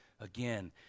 Again